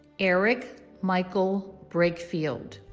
erich michael brakefield